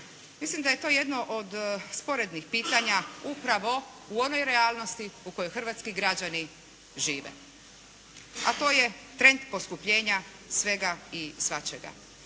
Mislim da je to jedno od sporednih pitanja upravo u onoj realnosti u kojoj hrvatski građani žive. A to je trend poskupljenja svega i svačega.